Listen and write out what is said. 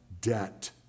debt